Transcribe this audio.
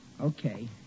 okay